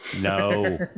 No